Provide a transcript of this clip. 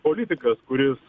politikas kuris